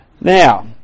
Now